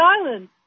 Island